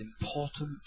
important